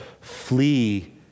flee